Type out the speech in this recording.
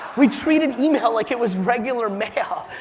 we treated email like it was regular mail.